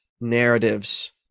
narratives